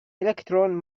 electron